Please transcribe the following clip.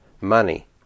money